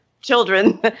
children